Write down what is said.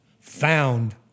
found